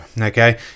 okay